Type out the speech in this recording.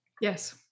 Yes